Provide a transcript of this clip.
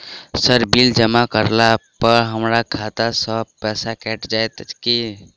Sir bill जमा करला पर हमरा खाता सऽ पैसा कैट जाइत ई की?